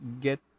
get